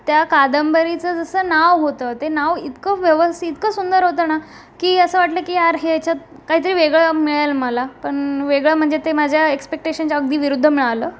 त्या कादंबरीचं जसं नाव होतं ते नाव इतकं व्यवस्ती इतकं सुंदर होतं ना की असं वाटलं की यार ह्याच्यात काहीतरी वेगळं मिळेल मला पण वेगळं म्हणजे ते माझ्या एक्स्पेक्टेशनच्या अगदी विरुद्ध मिळालं